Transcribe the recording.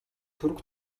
түрэг